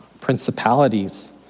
Principalities